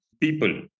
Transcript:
people